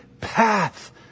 path